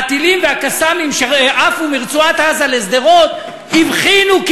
הטילים וה"קסאמים" שעפו מרצועת-עזה לשדרות הבחינו,